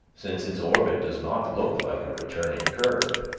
since its orbit does not look like a returning curve